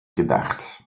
gedacht